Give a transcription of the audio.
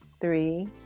three